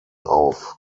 auf